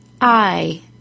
I-